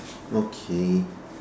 okay